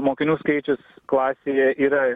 mokinių skaičius klasėje yra